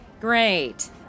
Great